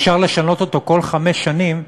אפשר לשנות אותו כל חמש שנים,